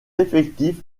effectifs